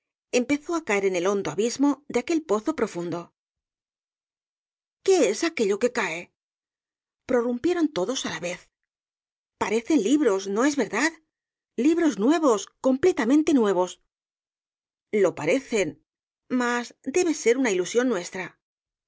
empezó á caer en el hondo abismo de aquel pozo profundo qué es aquello que cae prorrumpieron todos á la vez parecen libros no es verdad libros nuevos completamente nuevos lo parecen mas debe ser ilusión nuestra